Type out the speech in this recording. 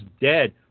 dead